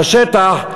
בשטח,